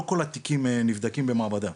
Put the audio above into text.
לא כל התיקים נבדקים במעבדה,